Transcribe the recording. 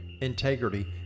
integrity